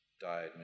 died